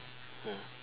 mm